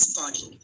body